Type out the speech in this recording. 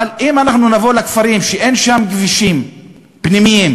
אבל אם נבוא לכפרים כשאין שם כבישים פנימיים,